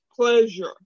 pleasure